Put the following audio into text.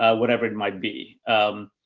ah whatever it might be. um,